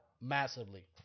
Massively